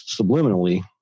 subliminally